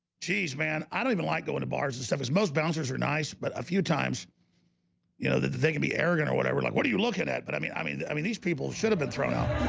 cheese, man i don't even like going to bars and stuff as most bouncers are nice but a few times you know that they can be arrogant or whatever like what are you looking at? but i mean, i mean, i mean these people should have been thrown out